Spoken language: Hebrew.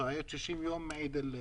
60 יום מעיד אל פיטר.